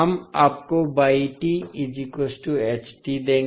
हम आपको देंगे